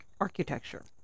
architecture